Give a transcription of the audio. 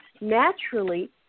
Naturally